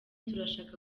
turashaka